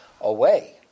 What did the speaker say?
away